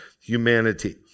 humanity